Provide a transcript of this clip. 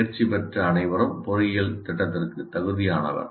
தேர்ச்சி பெற்ற அனைவரும் பொறியியல் திட்டத்திற்கு தகுதியானவர்